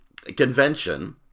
convention